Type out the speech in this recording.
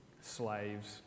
slaves